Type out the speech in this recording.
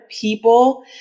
people